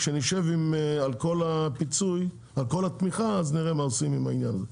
כשנשב על כל התמיכה אז נראה מה עושים עם העניין הזה,